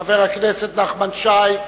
חבר הכנסת נחמן שי,